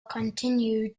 continued